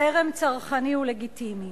חרם צרכני הוא לגיטימי.